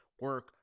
Work